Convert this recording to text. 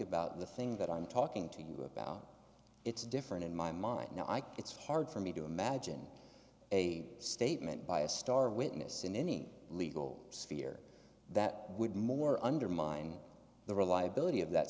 about the thing that i'm talking to you about it's different in my mind now i can it's hard for me to imagine a statement by a star witness in any legal sphere that would more undermine the reliability of that